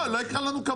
לא יקרא לנו קבלנים.